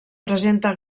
presenta